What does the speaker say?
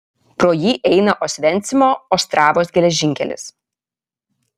pro jį eina osvencimo ostravos geležinkelis